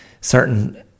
certain